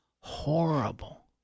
Horrible